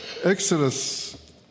Exodus